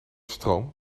stroom